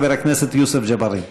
חבר הכנסת יוסף ג'בארין.